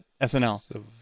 SNL